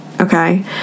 okay